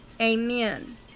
Amen